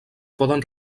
poden